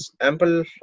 ample